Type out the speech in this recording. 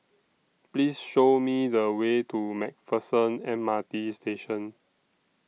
Please Show Me The Way to MacPherson M R T Station